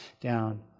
down